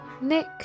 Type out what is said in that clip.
Nick